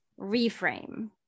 reframe